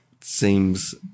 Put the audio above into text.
Seems